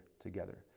together